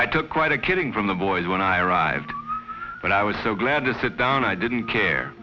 i took quite a getting from the boys when i arrived but i was so glad to sit down i didn't care